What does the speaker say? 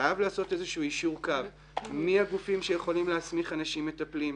חייב להיעשות איזשהו יישור קו מי הגופים שיכולים להסמיך אנשים מטפלים,